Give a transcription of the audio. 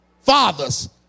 fathers